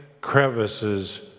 crevices